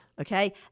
okay